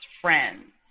friends